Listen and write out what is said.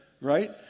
right